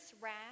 wrath